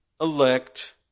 elect